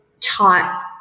taught